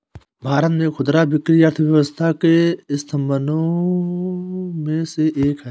भारत में खुदरा बिक्री अर्थव्यवस्था के स्तंभों में से एक है